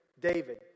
David